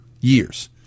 Years